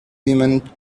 women